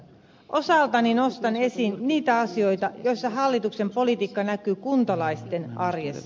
osaltani nostan esiin niitä asioita joissa hallituksen politiikka näkyy kuntalaisten arjessa